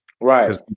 Right